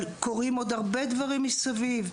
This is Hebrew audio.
אבל קורים עוד הרבה דברים מסביב,